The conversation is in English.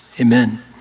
amen